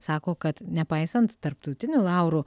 sako kad nepaisant tarptautinių laurų